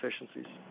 efficiencies